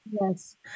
Yes